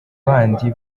bandi